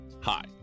Hi